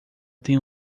tem